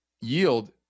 yield